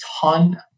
ton